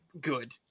Good